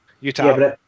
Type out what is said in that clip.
Utah